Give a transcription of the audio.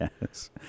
Yes